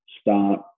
start